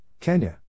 Kenya